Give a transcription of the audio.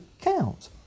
count